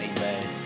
Amen